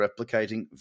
replicating